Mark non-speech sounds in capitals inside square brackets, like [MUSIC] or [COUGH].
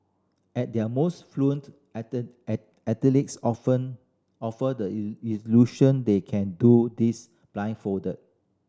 at their most fluent [UNINTELLIGIBLE] athletes often offer the [UNINTELLIGIBLE] illusion they can do this blindfolded